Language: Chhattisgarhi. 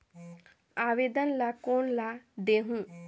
आवेदन ला कोन ला देहुं?